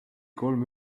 kolm